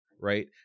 Right